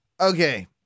Okay